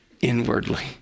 inwardly